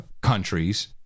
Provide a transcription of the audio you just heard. countries